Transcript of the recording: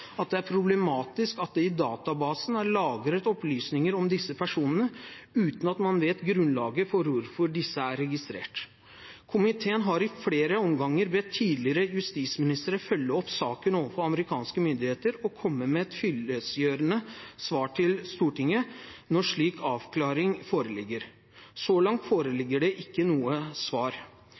at det er problematisk at det i databasen er lagret opplysninger om disse personene, uten at man vet grunnlaget for hvorfor disse er registrert. Komiteen har i flere omganger bedt tidligere justisministre følge opp saken overfor amerikanske myndigheter og komme med et fyllestgjørende svar til Stortinget når slik avklaring foreligger. Så langt foreligger det ikke noe svar.